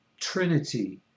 trinity